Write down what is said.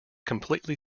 completely